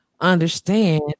understand